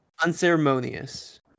unceremonious